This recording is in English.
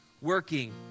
working